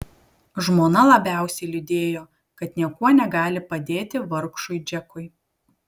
žmona labiausiai liūdėjo kad niekuo negali padėti vargšui džekui